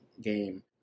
game